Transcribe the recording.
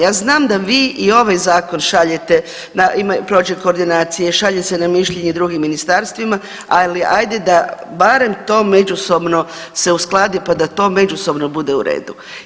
Ja znam da vi i ovaj zakon šaljete na, prođe koordinacije, šalje se na mišljenje drugim ministarstvima, ali ajde barem to međusobno se uskladi pa da to međusobno bude u redu.